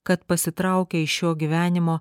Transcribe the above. kad pasitraukę iš šio gyvenimo